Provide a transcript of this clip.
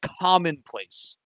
commonplace